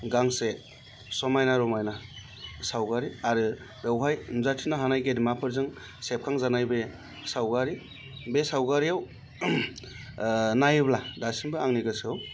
गांसे समायना रमायना सावगारि आरो बेवहाय नुजाथिनो हानाय गेदेमाफोरजों सेबखांजानाय बे सावगारि बे सावगारियाव नायोब्ला दासिमबो आंनि गोसोआव